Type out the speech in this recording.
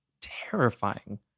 terrifying